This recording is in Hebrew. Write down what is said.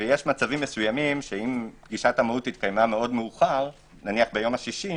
ויש מצבים שאם פגישת המהו"ת התקיימה מאוד מאוחר - נאמר אפילו ביום ה-60,